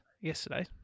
yesterday